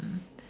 mm